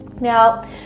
Now